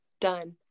done